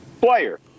player